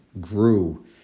grew